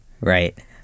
Right